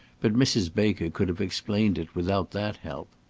but mrs. baker could have explained it without that help.